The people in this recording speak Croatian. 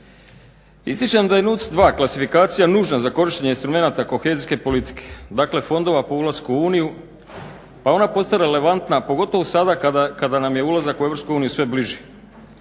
Ističem da je NUC 2 klasifikacija nužna za korištenje instrumenata kohezijske politike, dakle fondova po ulasku u uniju, pa ona postaje relevantna pogotovo sada kada nama je ulazak u EU sve bliži.